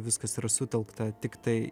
viskas yra sutelkta tiktai